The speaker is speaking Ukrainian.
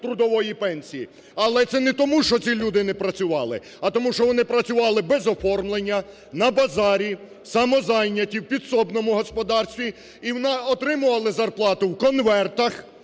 трудової пенсії. Але це не тому, що ці люди не працювали, а тому що вони працювали без оформлення, на базарі, самозайняті, у підсобному господарстві і отримували зарплату в конвертах,